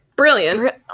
Brilliant